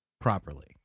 properly